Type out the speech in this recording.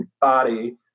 body